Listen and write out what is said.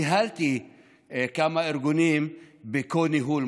ניהלתי כמה ארגונים ב-co-ניהול,